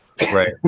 right